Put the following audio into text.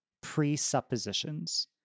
presuppositions